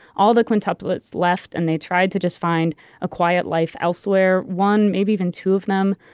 all the quintuplets left and they tried to just find a quiet life elsewhere. one, maybe even two of them,